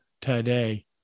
today